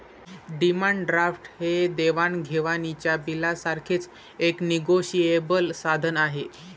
demand draft हे देवाण घेवाणीच्या बिलासारखेच एक निगोशिएबल साधन आहे